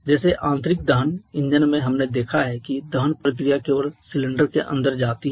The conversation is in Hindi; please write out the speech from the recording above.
जैसे आंतरिक दहन इंजन में हमने देखा है कि दहन प्रक्रिया केवल सिलेंडर के अंदर जाती है